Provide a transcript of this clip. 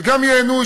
שגם ייהנו,